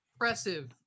impressive